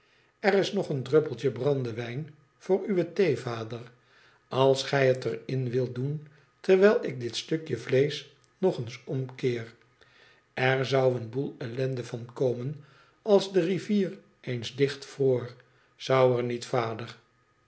r is nog een druppeltje brandewijn voor uwe thee vader als gij het er in wilt doen terwijl ik dit stukje vleesch nog eens omkeer er zou een boel ellende van komen als de rivier eens dicht vroor zou er niet vader